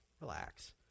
Relax